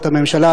ואת הממשלה,